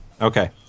Okay